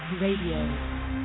Radio